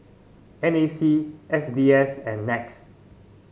N A C S B S and NETS